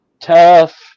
tough